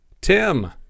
Tim